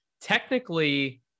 Technically